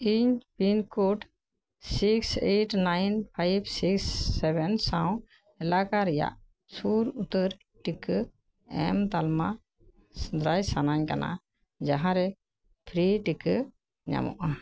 ᱤᱧ pin code six eight nine five six seven ᱥᱟᱶ ᱮᱞᱟᱠᱟ ᱨᱮᱱᱟᱜ ᱥᱩᱨ ᱩᱛᱟᱹᱨ ᱴᱤᱠᱟᱹ ᱮᱢ ᱛᱟᱞᱢᱟ ᱥᱮᱸᱫᱽᱨᱟᱭ ᱥᱟᱹᱱᱟᱹᱧ ᱠᱟᱱᱟ ᱡᱟᱦᱟᱸ ᱨᱮ ᱯᱷᱨᱤ ᱴᱤᱠᱟᱹ ᱧᱟᱢᱚᱜᱼᱟ